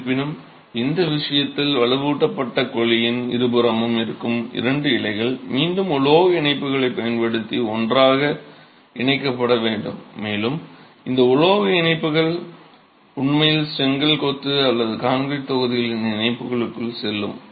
இருப்பினும் இந்த விஷயத்தில் வலுவூட்டப்பட்ட குழியின் இருபுறமும் இருக்கும் இரண்டு இலைகள் மீண்டும் உலோக இணைப்புகளைப் பயன்படுத்தி ஒன்றாக இணைக்கப்பட வேண்டும் மேலும் இந்த உலோக இணைப்புகள் உண்மையில் செங்கல் கொத்து அல்லது கான்கிரீட் தொகுதிகளின் இணைப்புகளுக்குள் செல்லும்